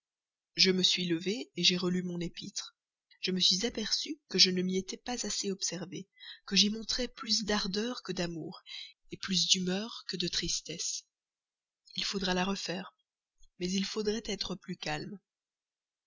je me suis levé j'ai relu mon épître je me suis aperçu que je ne m'y étais pas assez observé que j'y montrais plus d'ardeur que d'amour plus d'humeur que de tristesse il faudra la refaire mais il faudrait être plus calme